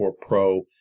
Pro